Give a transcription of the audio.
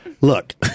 Look